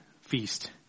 feast